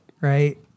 right